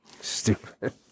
Stupid